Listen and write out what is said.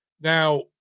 Now